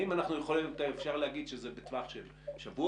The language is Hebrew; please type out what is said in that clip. האם אפשר להגיד שזה בטווח של שבועות,